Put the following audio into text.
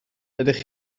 dydych